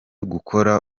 gukora